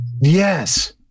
Yes